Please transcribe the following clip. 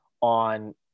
on